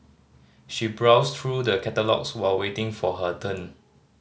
she browsed through the catalogues while waiting for her turn